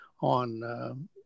on